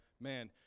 man